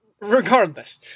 Regardless